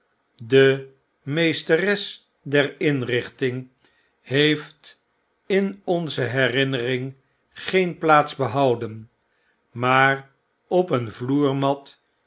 de mees teres der inrichting heeft in onze herinnering geen plaats behouden maar op een vloermat